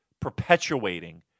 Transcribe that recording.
perpetuating